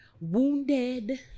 Wounded